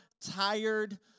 tired